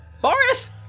boris